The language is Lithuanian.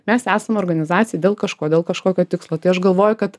mes esam organizacija dėl kažko dėl kažkokio tikslo tai aš galvoju kad